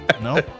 No